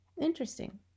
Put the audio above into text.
Interesting